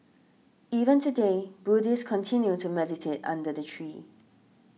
even today Buddhists continue to meditate under the tree